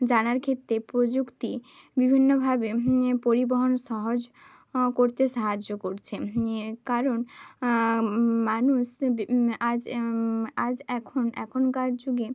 জানার ক্ষেত্রে প্রযুক্তি বিভিন্নভাবে পরিবহণ সহজ করতে সাহায্য করছে এ কারণ মানুষ আজ আজ এখন এখনকার যুগে